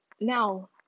Now